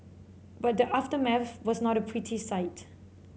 but the aftermath was not a pretty sight